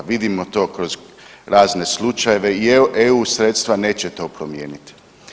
Vidimo to kroz razne slučajeve i eu sredstva neće to promijeniti.